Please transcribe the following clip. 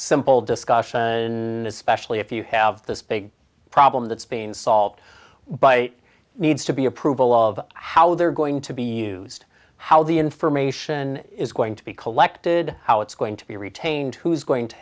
simple discussion and especially if you have this big problem that's been solved but needs to be approval of how they're going to be used how the information is going to be collected how it's going to be retained who's going to